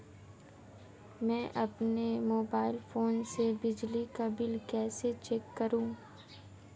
मैं अपने mobile phone से बिजली का बिल कैसे चेक करूं?